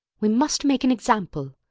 we must make an example.